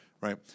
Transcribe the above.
Right